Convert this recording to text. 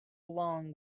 along